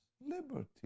liberty